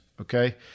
okay